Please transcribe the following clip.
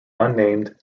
unnamed